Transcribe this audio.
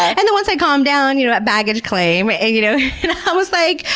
and then once i calmed down you know at baggage claim, you know and i was like,